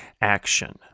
action